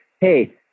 hey